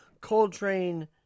Coltrane